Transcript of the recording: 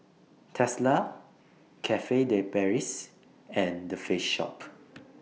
Tesla Cafe De Paris and The Face Shop